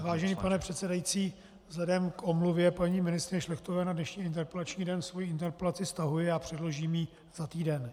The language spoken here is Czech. Vážený pane předsedající, vzhledem k omluvě paní ministryně Šlechtové na dnešní interpelační den svoji interpelaci stahuji a předložím ji za týden.